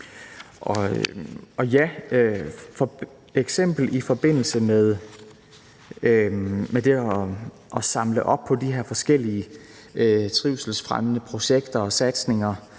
Og jeg siger ja til at samle op på de her forskellige trivselsfremmende projekter og indsatser,